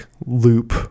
loop